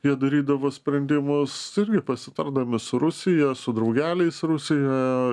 jie darydavo sprendimus irgi pasitardami su rusija su draugeliais rusijoje